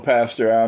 Pastor